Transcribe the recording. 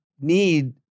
need